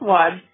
one